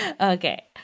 okay